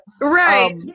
Right